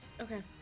Okay